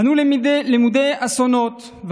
אנו למודי אסונות.